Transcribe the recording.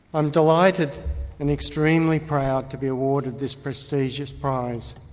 i'm delighted and extremely proud to be awarded this prestigious prize.